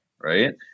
right